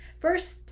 First